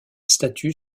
statue